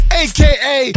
aka